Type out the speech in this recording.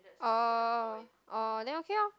oh oh then okay lor